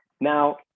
Now